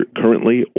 currently